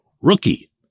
rookie